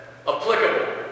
applicable